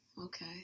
okay